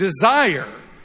desire